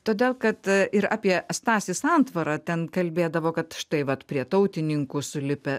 todėl kad ir apie stasį santvarą ten kalbėdavo kad štai vat prie tautininkų sulipę